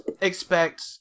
expect